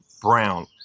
brown